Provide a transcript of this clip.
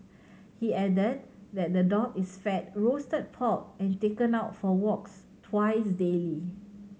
he added that the dog is fed roasted pork and taken out for walks twice daily